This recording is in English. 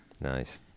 Nice